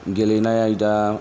गेलेनाय आयदा